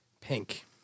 Pink